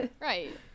Right